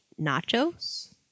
nachos